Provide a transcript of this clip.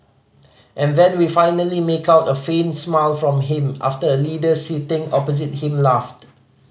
and then we finally make out a faint smile from him after a leader sitting opposite him laughed